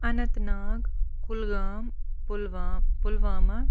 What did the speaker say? Anant Nag Kulgam Pulwama Pulwama